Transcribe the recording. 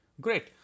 Great